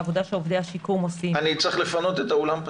בעבודה שעובדי השיקום עושים --- אני צריך לפנות את האולם,